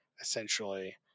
essentially